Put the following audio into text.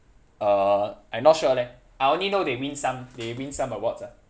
uh I not sure leh I only know they win some they win some awards ah